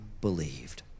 believed